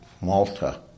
Malta